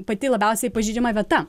pati labiausiai pažeidžiama vieta